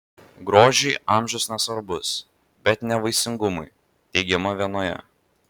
grožiui amžius nesvarbus bet ne vaisingumui teigiama vienoje